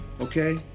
Okay